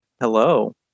Hello